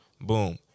Boom